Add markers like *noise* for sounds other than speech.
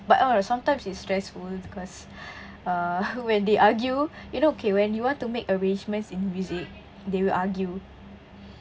but oh sometimes it's stressful because *breath* err when they argue you know okay when you want to make arrangements and visit they will argue